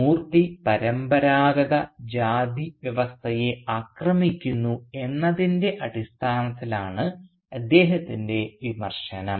മൂർത്തി പരമ്പരാഗത ജാതിവ്യവസ്ഥയെ ആക്രമിക്കുന്നു എന്നതിൻറെ അടിസ്ഥാനത്തിലാണ് അദ്ദേഹത്തിൻറെ വിമർശനം